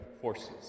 forces